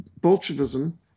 Bolshevism